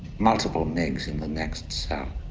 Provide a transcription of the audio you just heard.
multiple miggs, in the next cell.